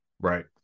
right